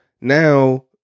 now